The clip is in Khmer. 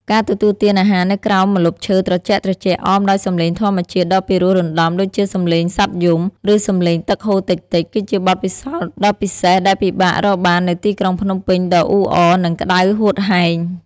ការទទួលទានអាហារនៅក្រោមម្លប់ឈើត្រជាក់ៗ អមដោយសំឡេងធម្មជាតិដ៏ពិរោះរណ្តំដូចជាសំឡេងសត្វយំ ឬសំឡេងទឹកហូរតិចៗ គឺជាបទពិសោធន៍ដ៏ពិសេសដែលពិបាករកបាននៅទីក្រុងភ្នំពេញដ៏អ៊ូអរនិងក្តៅហួតហែង។